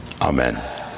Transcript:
amen